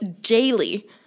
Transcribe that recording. daily